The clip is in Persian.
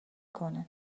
کنه